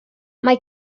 mae